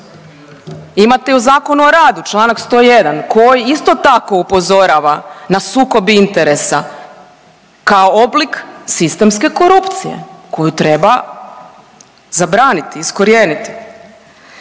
Imate i u Zakonu o radu čl. 101. koji isto tako upozorava na sukob interesa kao oblik sistemske korupcije koju treba zabraniti, iskorijeniti.